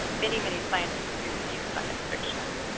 many, many scientists do read science fiction,